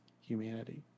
humanity